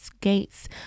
Gates